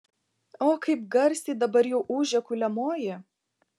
o kaip garsiai dabar jau ūžia kuliamoji